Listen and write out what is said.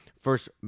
first